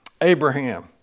Abraham